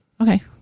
Okay